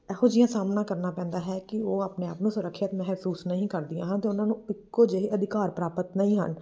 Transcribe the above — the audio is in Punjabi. ਇਹੋ ਜਿਹੀਆ ਸਾਹਮਣਾ ਕਰਨਾ ਪੈਂਦਾ ਹੈ ਕਿ ਉਹ ਆਪਣੇ ਆਪ ਨੂੰ ਸੁਰੱਖਿਅਤ ਮਹਿਸੂਸ ਨਹੀਂ ਕਰਦੀਆਂ ਹਨ ਅਤੇ ਉਹਨਾਂ ਨੂੰ ਇੱਕੋ ਜਿਹੇ ਅਧਿਕਾਰ ਪ੍ਰਾਪਤ ਨਹੀਂ ਹਨ